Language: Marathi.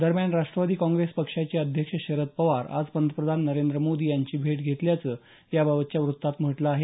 दरम्यान राष्ट्रवादी काँग्रेस पक्षाचे अध्यक्ष शरद पवार आज पंतप्रधान नरेंद्र मोदी यांची भेट घेतल्याचं याबाबतच्या वृत्तात म्हटलं आहे